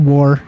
War